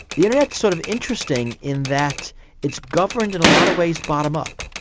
the internet is sort of interesting in that it's governed in a lot of ways bottom-up.